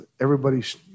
Everybody's